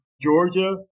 Georgia